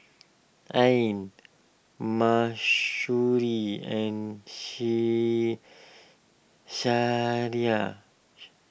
Ain Mahsuri and